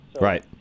Right